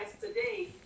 today